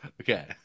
Okay